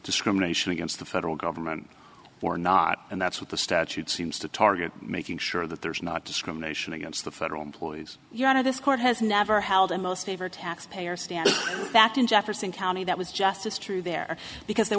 discrimination against the federal government or not and that's what the statute seems to target making sure that there's not discrimination against the federal employees yet of this court has never held and most favored tax payer stand back in jefferson county that was just as true there because there